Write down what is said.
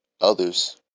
Others